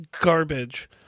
garbage